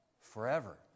forever